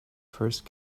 first